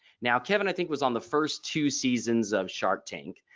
now kevin i think was on the first two seasons of shark tank.